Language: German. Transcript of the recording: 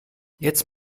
jetzt